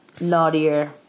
naughtier